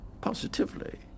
Positively